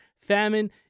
famine